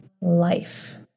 life